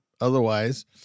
Otherwise